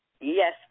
yes